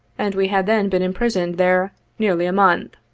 and we had then been imprisoned there nearly a month.